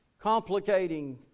complicating